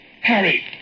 Harry